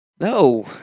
No